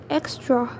extra